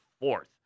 fourth